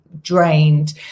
drained